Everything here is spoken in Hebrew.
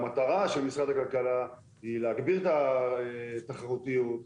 אמרנו, יצירת תחרות, התייעלות,